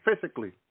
physically